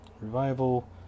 Revival